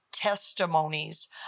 testimonies